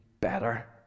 better